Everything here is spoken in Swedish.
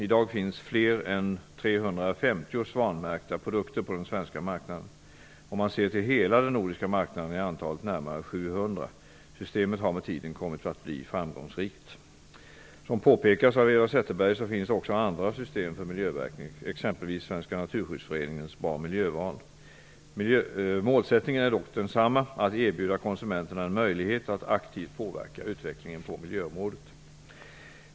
I dag finns fler än 350 Om man ser till hela den nordiska marknaden är antalet närmare 700. Systemet har med tiden kommit att bli framgångsrikt. Som påpekas av Eva Zetterberg finns det också andra system för miljömärkning, exempelvis Målsättningen är dock densamma, att erbjuda konsumenterna en möjlighet att aktivt påverka utvecklingen på miljöområdet.